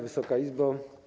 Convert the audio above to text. Wysoka Izbo!